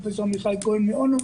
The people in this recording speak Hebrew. פרופסור עמיחי כהן מעומר,